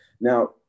Now